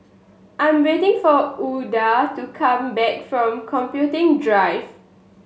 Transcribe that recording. I'm waiting for Ouida to come back from Computing Drive